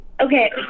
Okay